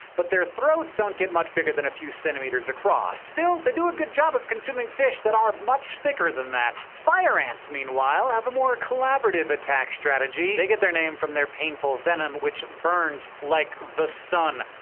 but their throats don't get much bigger than a few centimeters across. still, they do a good job of consuming fish that are much thicker than that. fire ants, meanwhile, have a more collaborative attack strategy. they get their name from their painful venom, which burns like the sun.